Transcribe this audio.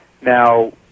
Now